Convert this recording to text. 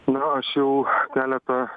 na aš jau keletą